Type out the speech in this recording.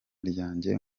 ryanjye